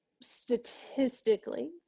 statistically